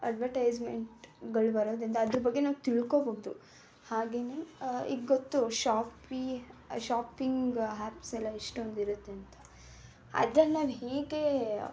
advertisement ಗಳು ಬರೋದರಿಂದ ಅದ್ರ ಬಗ್ಗೆ ನಾವು ತಿಳ್ಕೊಳ್ಬೋದು ಹಾಗೆಯೇ ಈಗ ಗೊತ್ತು ಶಾಪಿ ಶಾಪಿಂಗ್ ಹ್ಯಾಪ್ಸೆಲ್ಲ ಎಷ್ಟೊಂದು ಇರುತ್ತೆಂತ ಅದನ್ನ ನಾವು ಹೀಗೆ